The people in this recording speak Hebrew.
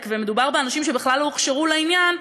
ומדובר באנשים שבכלל לא הוכשרו לעניין,